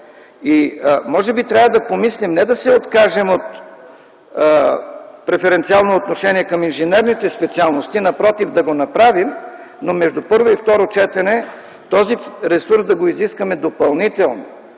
И може би трябва да помислим – не да се откажем от преференциално отношение към инженерните специалности, напротив, да го направим, но между първо и второ четене да изискаме допълнително